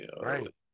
Right